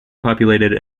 populated